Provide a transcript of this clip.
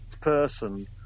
person